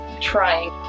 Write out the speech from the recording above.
trying